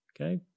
Okay